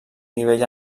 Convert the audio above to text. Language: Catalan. nivell